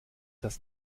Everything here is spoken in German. das